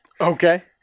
Okay